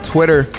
Twitter